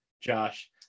josh